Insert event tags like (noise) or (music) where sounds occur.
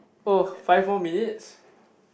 oh five more minutes (breath)